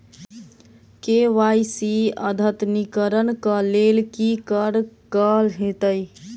KYC अद्यतनीकरण कऽ लेल की करऽ कऽ हेतइ?